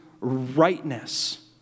rightness